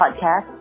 podcast